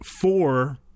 four